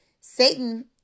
Satan